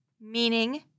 meaning